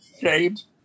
James